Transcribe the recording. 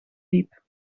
liep